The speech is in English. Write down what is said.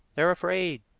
they're afraid.